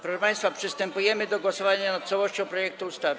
Proszę państwa, przystępujemy do głosowania nad całością projektu ustawy.